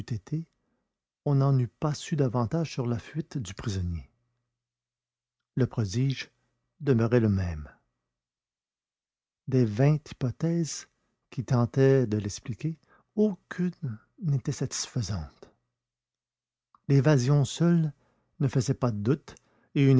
on n'en eût pas su davantage sur la fuite du prisonnier le prodige demeurait le même des vingt hypothèses qui tentaient de l'expliquer aucune n'était satisfaisante l'évasion seule ne faisait pas de doute et